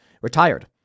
retired